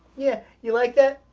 yeah, you like that?